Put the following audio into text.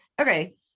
Okay